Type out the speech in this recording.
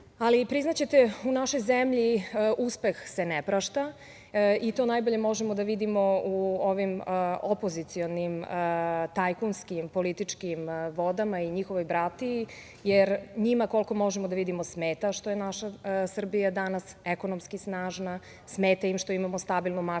jednostavno. Priznaćete, u našoj zemlji uspeh se ne prašta i to najbolje možemo da vidimo u ovim opozicionim tajkunskim političkim vodama i njihovoj bratiji jer njima koliko možemo da vidimo smeta što je naša Srbija danas ekonomski snažna, smeta im što imamo stabilnu makroekonomiju,